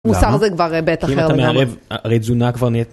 מוסר זה כבר בית אחר. אם אתה מערב הרי תזונה כבר נהיית.